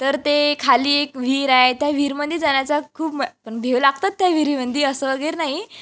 तर ते खाली एक विहिर आहे त्या विहिरमध्ये जाण्याचा खूप म पण भेव लागतात त्या विहिरीमध्ये असं वगैरे नाही